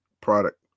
product